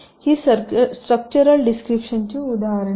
ही structural description ची उदाहरणे आहेत